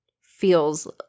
feels